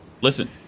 listen